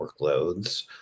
workloads